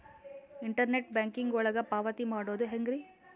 Internet banking ಒಳಗ ಪಾವತಿ ಮಾಡೋದು ಹೆಂಗ್ರಿ?